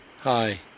Hi